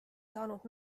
saanud